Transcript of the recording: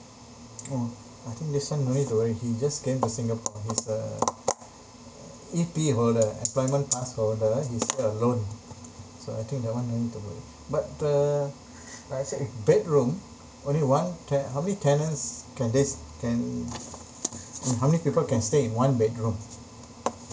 oh I think this one no need to worry he just came to singapore he's a uh E_P_F holder employment pass holder he's alone so I think that one no need to be but uh like I said if bedroom only one te~ how many tenants can this can mm how many people can stay in one bedroom